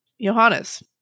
Johannes